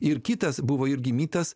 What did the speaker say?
ir kitas buvo irgi mitas